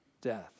death